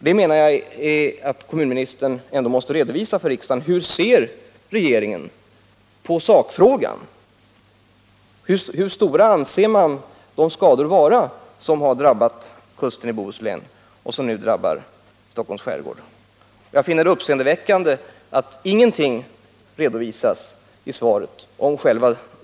Jag menar att kommunministern måste redovisa för riksdagen hur regeringen ser på sakfrågan och tala om hur stora man anser de skador vara som tidigare drabbat Bohuskusten och som nu drabbar Stockholms skärgård. Det är uppseendeväckande att ingenting av detta redovisas i svaret.